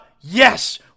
yes